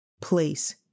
place